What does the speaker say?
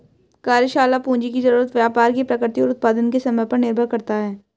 कार्यशाला पूंजी की जरूरत व्यापार की प्रकृति और उत्पादन के समय पर निर्भर करता है